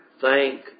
thank